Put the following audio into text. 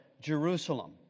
Jerusalem